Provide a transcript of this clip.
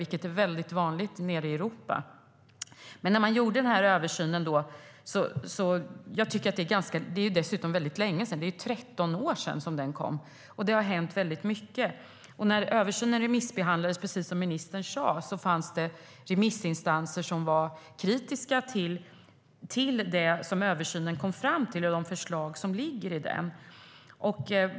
Sådant är mycket vanligt i övriga Europa. Det är 13 år sedan översynen gjordes, och det har hänt mycket sedan dess. När översynen remissbehandlades fanns det, precis som ministern sa, remissinstanser som var kritiska till de slutsatser och förslag som fanns i översynen.